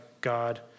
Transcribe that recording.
God